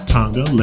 Tonga